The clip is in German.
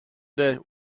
der